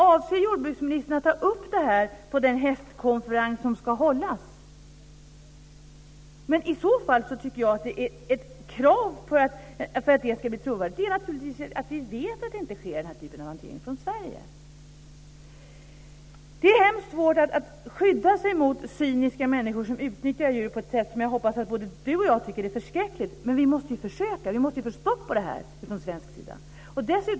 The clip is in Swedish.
Avser jordbruksministern att ta upp detta på den hästkonferens som ska hållas? I så fall tycker jag att ett krav för att det ska bli trovärdigt är att vi vet att den typen av hantering inte sker här i Sverige. Det är hemskt svårt att skydda sig mot cyniska människor som utnyttjar djur på ett sätt som jag hoppas att både jordbruksministern och jag tycker är förskräckligt, men vi måste ju försöka. Vi måste få stopp på detta i Sverige.